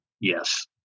Yes